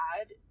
add